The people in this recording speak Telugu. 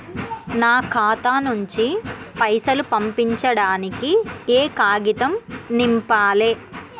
నా ఖాతా నుంచి పైసలు పంపించడానికి ఏ కాగితం నింపాలే?